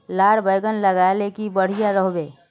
लार बैगन लगाले की बढ़िया रोहबे?